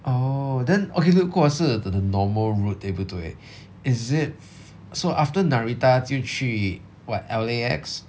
oh then okay 如果是 th~ the normal route 对不对 is it so after narita 就去 what L_A_X